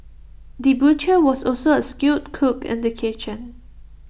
the butcher was also A skilled cook in the kitchen